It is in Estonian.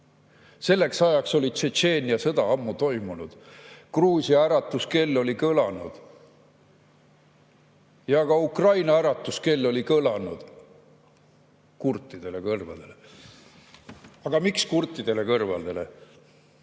Selleks ajaks oli Tšetšeenia sõda ammu toimunud. Gruusia äratuskell oli kõlanud ja ka Ukraina äratuskell oli kõlanud kurtidele kõrvadele. Aga miks kurtidele kõrvadele?